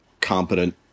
competent